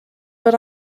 but